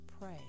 pray